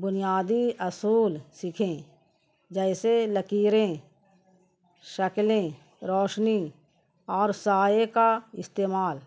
بنیادی اصول سیکھیں جیسے لکیریں شکلیں روشنی اور سائے کا استعمال